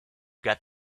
got